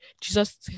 Jesus